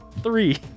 three